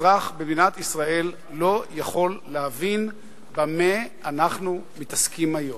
אזרח במדינת ישראל לא יכול להבין במה אנחנו מתעסקים היום.